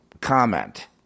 comment